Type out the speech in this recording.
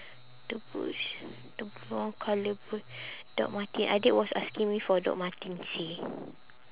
the boots the brown colour boot Dr. Martens adik was asking me for Dr. Martens seh